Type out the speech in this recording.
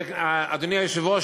אדוני היושב-ראש,